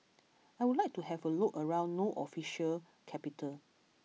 I would like to have a look around no official capital